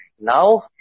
now